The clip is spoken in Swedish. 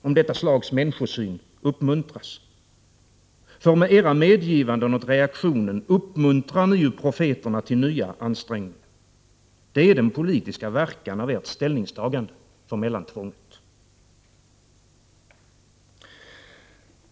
om detta slags människosyn uppmuntras? För med era medgivanden åt reaktionen uppmuntrar ni ju profeterna till nya ansträngningar. Det är den politiska verkan av ert ställningstagande för mellantvånget.